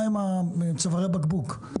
מהם צווארי הבקבוק?